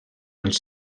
els